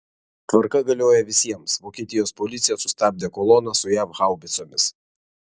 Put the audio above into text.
tvarka galioja visiems vokietijos policija sustabdė koloną su jav haubicomis